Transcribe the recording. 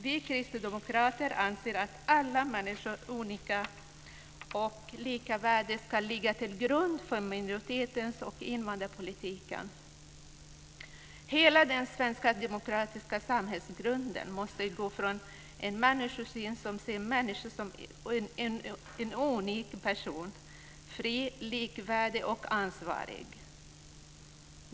Vi kristdemokrater anser att alla människor är unika och att lika värde ska ligga till grund för minoritets och invandrarpolitiken. Hela den svenska demokratiska samhällsgrunden måste utgå från en människosyn som ser människor som unika personer, fria, likvärdiga och ansvariga.